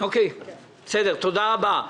בסדר, תודה רבה.